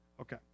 Okay